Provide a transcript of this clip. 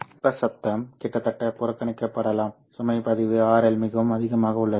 வெப்ப சத்தம் கிட்டத்தட்ட புறக்கணிக்கப்படலாம் சுமை பதிவு RL மிகவும் அதிகமாக உள்ளது